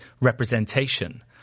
representation